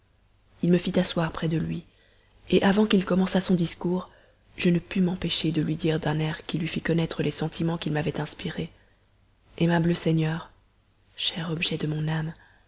il me fit asseoir près de lui et avant qu'il commençât son discours je ne pus m'empêcher de lui dire d'un air qui lui fit connaître les sentiments qu'il m'avait inspirés aimable seigneur cher objet de mon âme